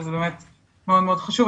וזה באמת מאוד-מאוד חשוב,